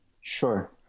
Sure